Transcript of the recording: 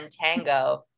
tango